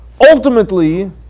ultimately